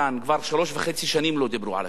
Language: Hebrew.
כבר שלוש וחצי שנים לא דיברו על השלום.